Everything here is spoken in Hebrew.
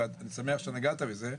ואני שמח שנגעת בזה,